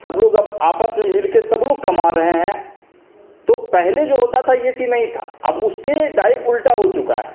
सब लोग अब आपस में मिलकर सब लोग कमा रहे हैं तो पहले जो होता था यह चीज़ नहीं था अब उसके डायरेक्ट उल्टा हो चुका है